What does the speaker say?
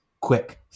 quick